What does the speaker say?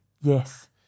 Yes